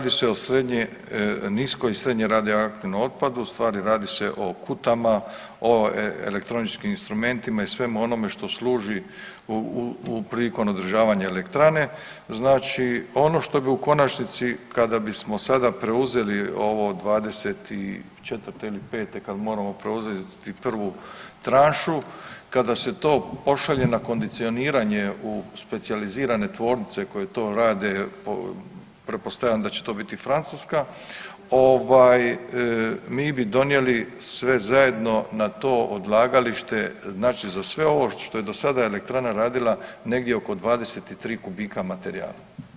Znači radi se o srednje nisko i srednje radioaktivnom otpadu, ustvari radi se o kutama, o elektroničkim instrumentima i svemu onome što služi u, prilikom održavanja elektrane, znači ono što bi u konačnici, kada bismo sada preuzeli ovo '24. ili '5. kad moramo preuzeti prvu tranšu, kada se to pošalje na kondicioniranje u specijalizirane tvornice koje to rade, po, pretpostavljam da će to biti Francuska, ovaj, mi bi donijeli sve zajedno na to odlagalište, znači za sve ovo što je do sada elektrana radila, negdje oko 23 kubika materijala.